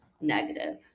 negative